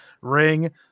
ring